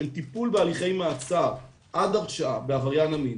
של טיפול בהליכי מעצר עד הרשעה בעבריין המין,